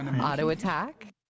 Auto-attack